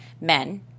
men